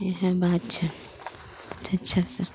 इहे बात छै बहुत अच्छा